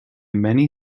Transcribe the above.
many